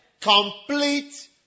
Complete